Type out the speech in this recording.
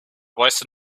wasted